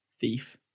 thief